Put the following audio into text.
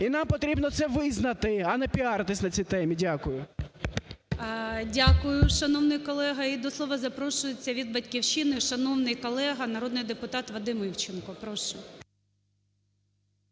і нам потрібно це визнати, а не піаритись на цій темі. Дякую. ГОЛОВУЮЧИЙ. Дякую, шановний колего. І до слова запрошується від "Батьківщини" шановний колега, народний депутат Вадим Івченко. Прошу.